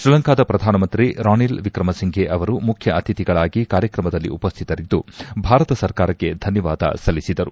ಶ್ರೀಲಂಕಾದ ಪ್ರಧಾನಮಂತ್ರಿ ರಾಣಿಲ್ ವಿಕ್ರಮ್ ಸಿಂಫೆ ಅವರು ಮುಖ್ಯ ಅತಿಥಿಗಳಾಗಿ ಕಾರ್ಯಕ್ರಮದಲ್ಲಿ ಉಪಸ್ಥಿತರಿದ್ದು ಭಾರತ ಸರ್ಕಾರಕ್ಕೆ ಧನ್ಭವಾದ ಸಲ್ಲಿಸಿದರು